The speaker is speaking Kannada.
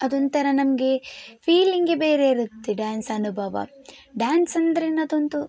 ಅದೊಂತರ ನಮಗೆ ಫೀಲಿಂಗೇ ಬೇರೆ ಇರುತ್ತೆ ಡ್ಯಾನ್ಸ್ ಅನುಭವ ಡ್ಯಾನ್ಸ್ ಅಂದರೇನೆ ಅದೊಂದು